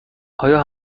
آیا